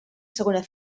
segona